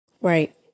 right